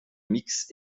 mixe